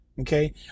okay